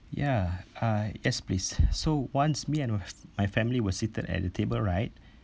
ya uh yes please so once me and my family were seated at the table right